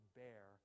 bear